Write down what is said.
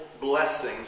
blessings